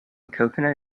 coconut